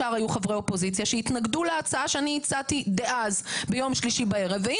זה בדיוק מה שאני הצעתי ברגע המשבר של יום שלישי בערב,